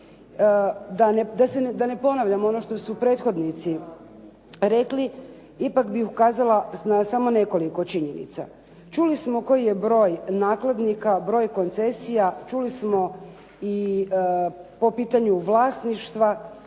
Da ne ponavljam ono što su prethodnici rekli, ipak bih ukazala na samo nekoliko činjenica. Čuli smo koji je broj nakladnika, broj koncesija, čuli smo i po pitanju vlasništva